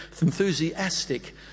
enthusiastic